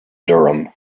durham